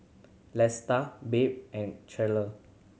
Lesta Babe and Cherelle